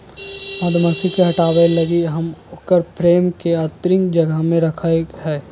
मधुमक्खी के हटाबय लगी हम उकर फ्रेम के आतंरिक जगह में रखैय हइ